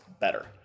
better